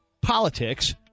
politics